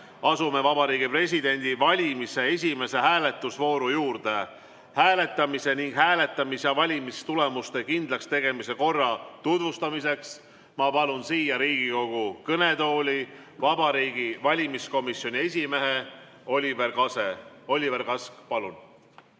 Asume Vabariigi Presidendi valimise esimese hääletusvooru juurde. Hääletamise ning hääletamis- ja valimistulemuste kindlakstegemise korra tutvustamiseks ma palun siia Riigikogu kõnetooli Vabariigi Valimiskomisjoni esimehe Oliver Kase. Oliver Kask, palun!